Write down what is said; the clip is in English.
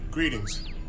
Greetings